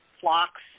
flocks